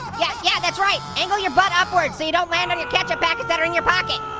yeah yeah, that's right. angle your butt upwards so you don't land on your ketchup packets that are in your pocket.